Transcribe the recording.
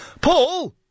Paul